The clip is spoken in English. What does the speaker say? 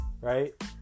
right